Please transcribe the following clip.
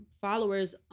followers